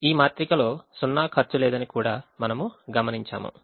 ఈ మాత్రికలో సున్నా ఖర్చు లేదని కూడా మనము గమనించాము